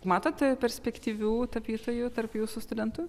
matote perspektyvių tapytojų tarp jūsų studentų